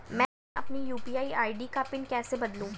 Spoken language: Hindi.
मैं अपनी यू.पी.आई आई.डी का पिन कैसे बदलूं?